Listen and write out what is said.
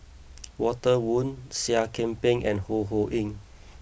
Walter Woon Seah Kian Peng and Ho Ho Ying